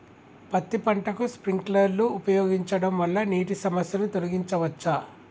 పత్తి పంటకు స్ప్రింక్లర్లు ఉపయోగించడం వల్ల నీటి సమస్యను తొలగించవచ్చా?